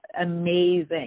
amazing